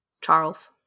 Charles